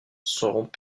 seront